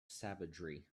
savagery